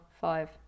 five